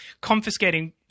confiscating